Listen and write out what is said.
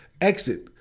exit